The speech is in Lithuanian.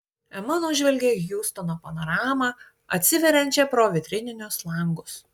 ema nužvelgė hjustono panoramą atsiveriančią pro vitrininius langus